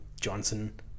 Johnson